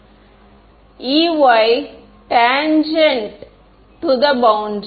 மாணவர் Ey tangent to the boundary Ey tangent to the boundary